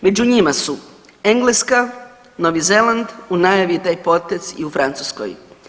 Među njima su Engleska, Novi Zeland u najavi je taj potez i u Francuskoj.